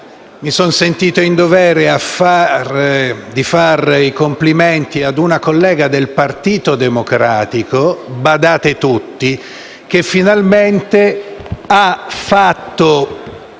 mi sono sentito in dovere di fare i complimenti a una collega del Partito Democratico - badate tutti - che finalmente ha fatto